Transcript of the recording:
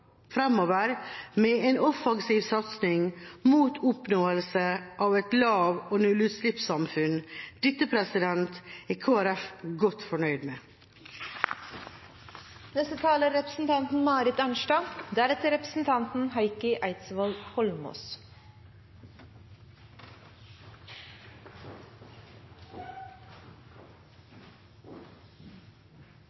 med en offensiv satsing på oppnåelse av et lav- og nullutslippssamfunn. Dette er Kristelig Folkeparti godt fornøyd med. Den energimeldingen vi behandler i dag, har en tittel som er